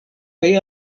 kaj